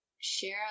share